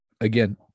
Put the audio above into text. Again